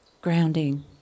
grounding